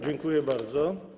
Dziękuję bardzo.